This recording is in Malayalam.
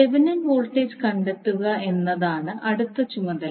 തെവെനിൻ വോൾട്ടേജ് കണ്ടെത്തുക എന്നതാണ് അടുത്ത ചുമതല